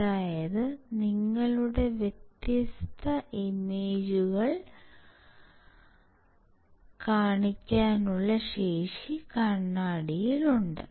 അതായത് നിങ്ങളുടെ വ്യത്യസ്ത ഇമേജുകൾ കാണിക്കാനുള്ള ശേഷി കണ്ണാടിയിലുണ്ട്